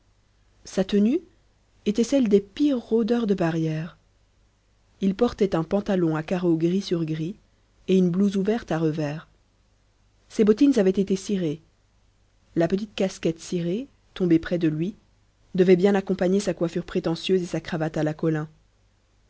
sa tenue était celle des pires rôdeurs de barrières il portait un pantalon à carreaux gris sur gris et une blouse ouverte à revers ses bottines avaient été cirées la petite casquette cirée tombée près de lui devait bien accompagner sa coiffure prétentieuse et sa cravate à la collin